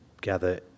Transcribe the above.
gather